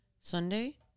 Sunday